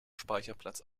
speicherplatz